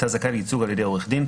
אתה זכאי לייצוג על ידי עורך דין,